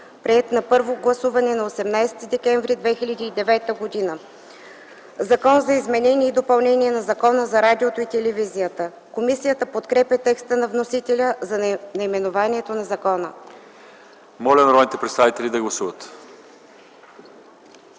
приет на първо гласуване на 18 декември 2009 г. „Закон за изменение и допълнение на Закона за радиото и телевизията”. Комисията подкрепя текста на вносителя за наименованието на закона. ПРЕДСЕДАТЕЛ ЛЪЧЕЗАР ИВАНОВ: Моля народните представители да гласуват.